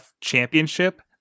championship